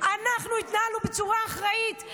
אנחנו התנהלנו בצורה אחראית,